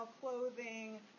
clothing